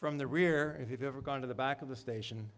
from the rear if you've ever gone to the back of the station